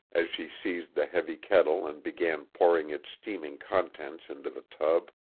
as she seized the heavy kettle and began pouring its steaming contents into the tub.